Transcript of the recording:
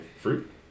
fruit